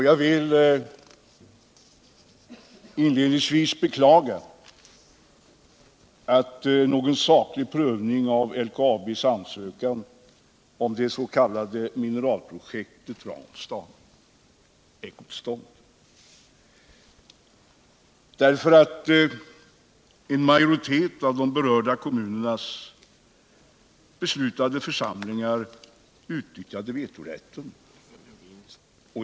Jag vill inledningsvis beklaga att någon saklig prövning av LKAB:s ansökan om det s.k. Mincralprojekt Ranstad ej kom till stånd därför att en majoritet i de berörda kommunernas beslutande församlingar utnyttjade vetorätten.